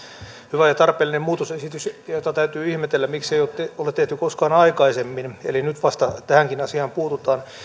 hyvä ja tarpeellinen muutosesitys täytyy ihmetellä miksi sellaista ei ole tehty koskaan aikaisemmin eli nyt vasta tähänkin asiaan puututaan